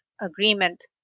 agreement